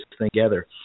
together